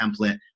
template